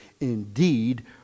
Indeed